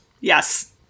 Yes